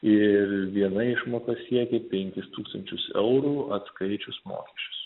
ir viena išmoka siekia penkis tūkstančius eurų atskaičius mokesčius